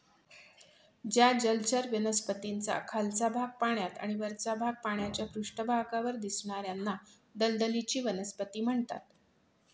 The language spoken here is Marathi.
ज्या जलचर वनस्पतींचा खालचा भाग पाण्यात आणि वरचा भाग पाण्याच्या पृष्ठभागावर दिसणार्याना दलदलीची वनस्पती म्हणतात